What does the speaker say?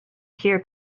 pure